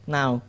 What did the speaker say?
now